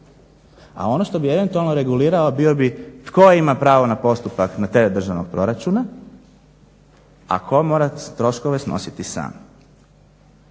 a ono što bi eventualno regulirao bio bi tko ima pravo na postupak na teret državnog proračuna, a tko mora troškove snositi sam.